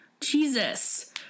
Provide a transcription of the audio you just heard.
Jesus